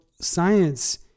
science